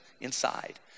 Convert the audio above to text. inside